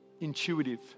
intuitive